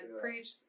preach